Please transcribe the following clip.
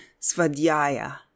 svadhyaya